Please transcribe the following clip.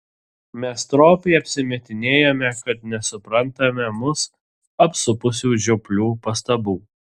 mes stropiai apsimetinėjome kad nesuprantame mus apsupusių žioplių pastabų